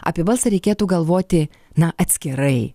apie balsą reikėtų galvoti na atskirai